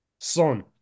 Son